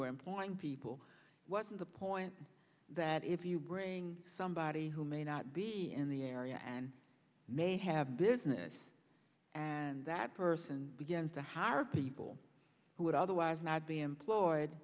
employing people what's the point that if you bring somebody who may not be in the area and may have business and that person begins to hire people who would otherwise not be employed